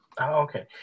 Okay